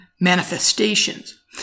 manifestations